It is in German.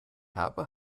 habe